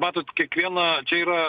matot kiekvieną čia yra